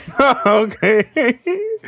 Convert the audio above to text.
Okay